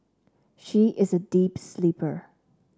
she is a deep sleeper